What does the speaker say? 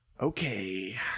Okay